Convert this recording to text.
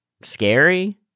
scary